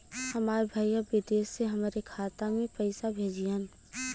हमार भईया विदेश से हमारे खाता में पैसा कैसे भेजिह्न्न?